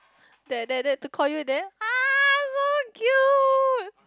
that that that to call you that !ah! so cute